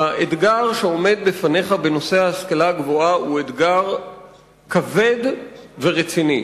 האתגר שעומד בפניך בנושא ההשכלה הגבוהה הוא אתגר כבד ורציני.